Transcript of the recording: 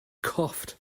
coughed